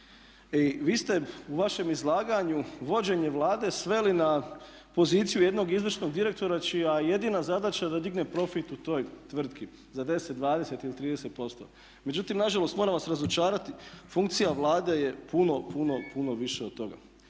vi ste u vašem izlaganju vođenje Vlade sveli na poziciju jednog izvršnog direktora čija je jedina zadaća da digne profit u toj tvrtki za 10, 20 ili 30%. Međutim, nažalost moram vas razočarati. Funkcija Vlade je puno, puno, puno više od toga.